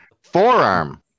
forearm